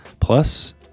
Plus